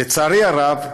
לצערי הרב,